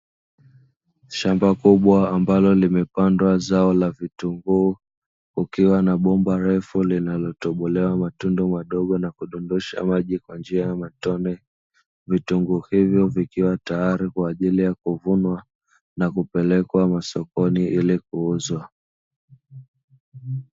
Shamba kubwa ambalo limepandwa zao la vitunguu, kukiwa na bomba refu linalotobolewa matunda madogo na kudondosha maji kwa njia ya matone, vitunguu hivyo vikiwa tayari kwa ajili ya kuvunwa na kupelekwa masokoni ili kuuzwa.